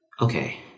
okay